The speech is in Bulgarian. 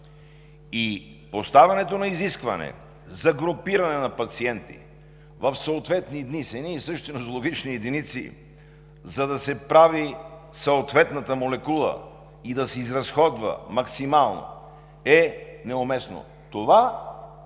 Поставянето на изискване за групиране на пациенти в съответни дни с едни и същи мерни единици, за да се прави съответната молекула и да се изразходва максимално, е неуместно. Това донякъде